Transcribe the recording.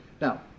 Now